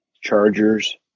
Chargers